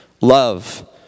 Love